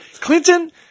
Clinton